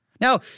Now